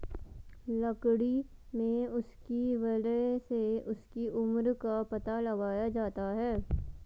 लकड़ी में उसकी वलय से उसकी उम्र का पता लगाया जाता है